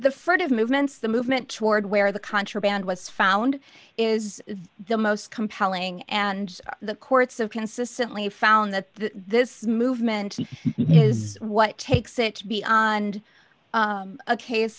furtive movements the movement toward where the contraband was found is the most compelling and the courts have consistently found that this movement is what takes it beyond a case